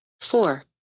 Four